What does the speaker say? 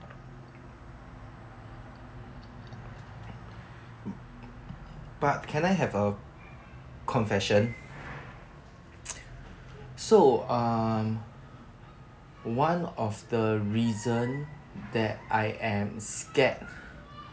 but can I have a confession so um one of the reason that I am scared